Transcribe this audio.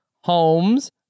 homes